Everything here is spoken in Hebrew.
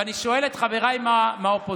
ואני שואל את חבריי מהאופוזיציה,